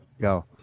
Go